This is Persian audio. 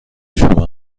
شما